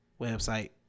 website